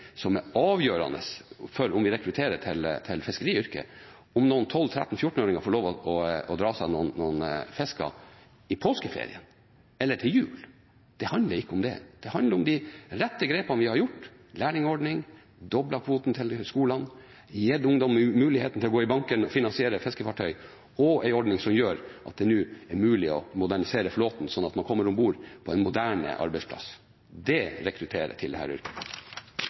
som er avgjørende for om vi rekrutterer til fiskeriyrket – om noen 12-, 13- og 14-åringer får lov til å dra seg noen fisker i påskeferien eller til jul. Det handler ikke om det. Det handler om de rette grepene vi har gjort – lærlingordningen, at vi har doblet kvoten til skolene, gitt ungdom muligheten til å gå i banken og finansiere fiskefartøy, og en ordning som gjør at det nå er mulig å modernisere flåten, slik at man kommer om bord på en moderne arbeidsplass. Det rekrutterer til dette yrket.